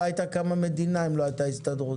לא הייתה קמה מדינה אם לא הייתה הסתדרות.